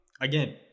again